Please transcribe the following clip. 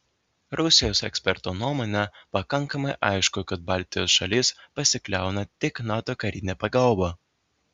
rusijos eksperto nuomone pakankamai aišku kad baltijos šalys pasikliauna tik nato karine pagalba